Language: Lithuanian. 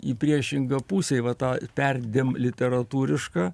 į priešingą pusę į va tą perdėm literatūrišką